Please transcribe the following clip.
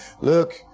Look